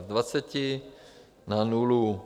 Z dvaceti na nulu.